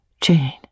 Jane